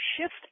shift